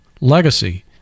Legacy